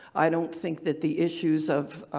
i don't think that the issues of,